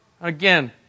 again